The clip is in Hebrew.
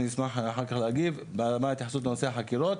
אני אשמח אח"כ להגיב בנושא החקירות.